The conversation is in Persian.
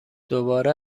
دوباره